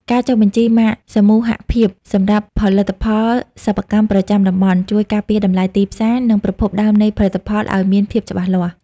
ការចុះបញ្ជីម៉ាកសមូហភាពសម្រាប់ផលិតផលសិប្បកម្មប្រចាំតំបន់ ជួយការពារតម្លៃទីផ្សារ និងប្រភពដើមនៃផលិតផលឱ្យមានភាពច្បាស់លាស់។